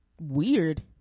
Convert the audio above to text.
weird